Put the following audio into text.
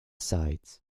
sides